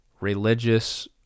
religious